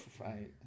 right